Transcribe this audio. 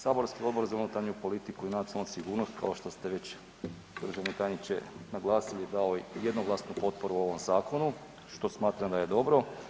Saborski Odbor za unutarnju politiku i nacionalnu sigurnost, kao što ste već, državni tajniče naglasili, dao je jednoglasnu potporu ovom zakonu što smatram da je dobro.